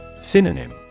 Synonym